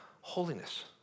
holiness